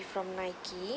from Nike